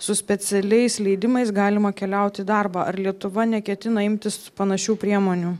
su specialiais leidimais galima keliauti į darbą ar lietuva neketina imtis panašių priemonių